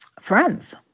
friends